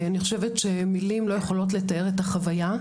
אני חושבת שמילים לא יכולות לתאר את החוויה.